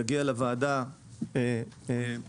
יגיע לוועדה בקרוב,